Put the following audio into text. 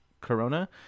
corona